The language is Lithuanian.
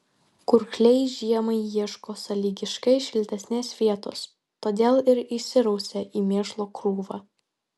kurkliai žiemai ieško sąlygiškai šiltesnės vietos todėl ir įsirausia į mėšlo krūvą